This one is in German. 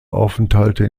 aufenthalte